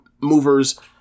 movers